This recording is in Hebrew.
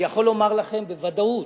אני יכול לומר לכם בוודאות: